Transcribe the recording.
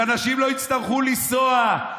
שאנשים לא יצטרכו לנסוע,